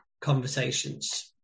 conversations